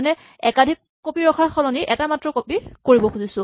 আমি একাধিক কপি ৰখাৰ সলনি এটা মাত্ৰ কপি ৰাখিব খুজিব পাৰো